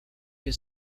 que